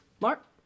Mark